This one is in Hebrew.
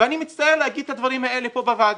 אני מצטער לומר את הדברים האלה כאן בוועדה.